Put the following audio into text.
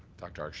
dr.